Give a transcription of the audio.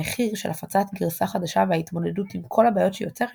המחיר של הפצת גרסה חדשה וההתמודדות עם כל הבעיות שהיא יוצרת